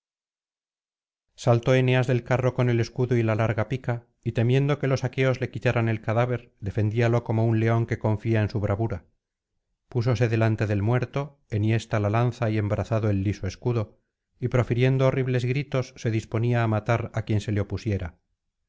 saltó eneas del carro con el escudo y la larga pica y temiendo que los aqueos le quitaran el cadáver defendíalo como un león que confía en su bravura púsose delante del muerto enhiesta la lanza y embrazado el liso escudo y profiriendo horribles gritos se disponía a matar á cjuien se le opusiera